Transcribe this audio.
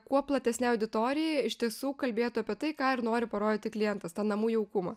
kuo platesnei auditorijai iš tiesų kalbėtų apie tai ką ir nori parodyti klientas tą namų jaukumą